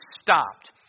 stopped